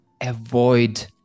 avoid